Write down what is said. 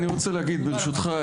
אני רוצה להגיד ברשותך,